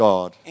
God